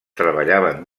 treballaven